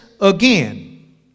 again